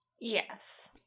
yes